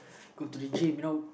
go to the gym you know